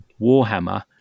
Warhammer